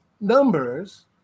numbers